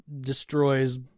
destroys